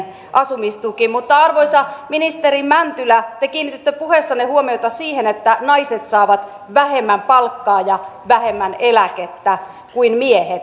mutta arvoisa ministeri mäntylä te kiinnititte puheessanne huomiota siihen että naiset saavat vähemmän palkkaa ja vähemmän eläkettä kuin miehet